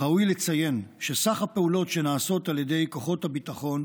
ראוי לציין שכלל הפעולות שנעשות על ידי כוחות הביטחון,